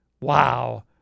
wow